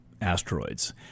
asteroids